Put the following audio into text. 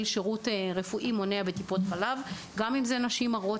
שירות רפואי מונע בטיפות החלב גם אם מדובר בנשים הרות